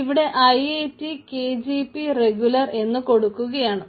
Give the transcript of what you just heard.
ഇവിടെ I I T K G P regular എന്നു കൊടുകുകയാണ്